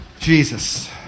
Jesus